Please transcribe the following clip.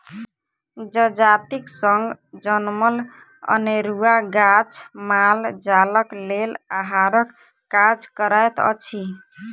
जजातिक संग जनमल अनेरूआ गाछ माल जालक लेल आहारक काज करैत अछि